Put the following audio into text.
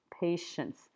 patience